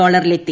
ഡോളറിലെത്തി